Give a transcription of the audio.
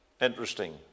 interesting